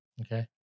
Okay